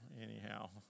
anyhow